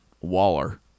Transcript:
Waller